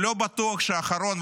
אבל לא בטוח שהוא האחרון,